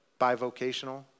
bivocational